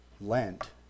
Lent